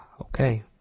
Okay